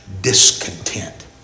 discontent